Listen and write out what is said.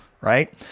Right